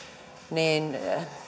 niin